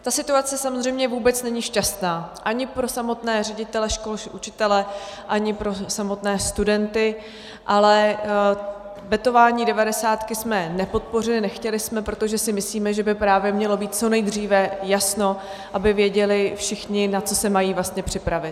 Ta situace samozřejmě vůbec není šťastná ani pro samotné ředitele škol či učitele, ani pro samotné studenty, ale vetování devadesátky jsme nepodpořili, nechtěli jsme, protože si myslíme, že by právě mělo být co nejdříve jasno, aby všichni věděli, na co se mají vlastně připravit.